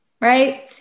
right